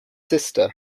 sister